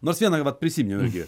nors vieną vat prisiminiau irgi